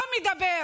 לא מדבר.